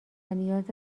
نیاز